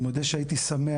אני מודה שהייתי שמח,